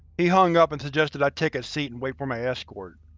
he hung up and suggested i take a seat and wait for my escort.